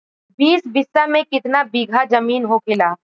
बीस बिस्सा में कितना बिघा जमीन होखेला?